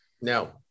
No